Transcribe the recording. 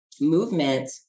movement